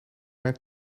mijn